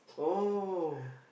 oh